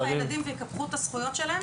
כשיהיו לך ילדים ויקפחו את הזכויות שלהם,